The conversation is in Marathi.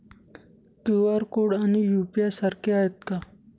क्यू.आर कोड आणि यू.पी.आय सारखे आहेत का?